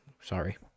sorry